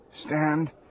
Stand